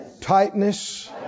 tightness